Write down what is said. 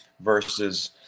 versus